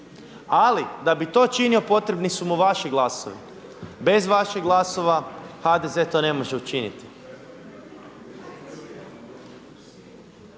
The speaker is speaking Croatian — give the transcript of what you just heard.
ali da bi to činio potrebni su mu vaši glasovi, bez vaših glasova HDZ to ne može učiniti.